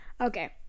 Okay